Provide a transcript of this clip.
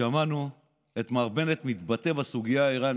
היום שמענו את מר בנט מתבטא בסוגיה האיראנית.